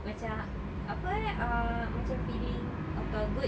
macam apa eh ah macam feeling of a good